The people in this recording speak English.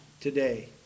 today